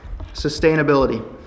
Sustainability